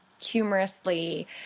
humorously